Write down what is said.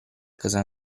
casa